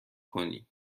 کنی